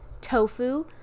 tofu